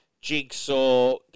jigsaw